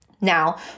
Now